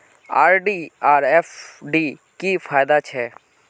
RD आर FD की फ़ायदा छे?